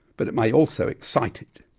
but it may also excite it.